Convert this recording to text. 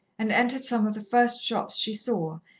and entered some of the first shops she saw,